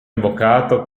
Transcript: invocato